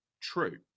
True